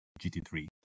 GT3